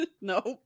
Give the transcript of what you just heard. Nope